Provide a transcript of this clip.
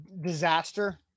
Disaster